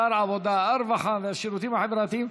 שר העבודה הרווחה והשירותים החברתיים.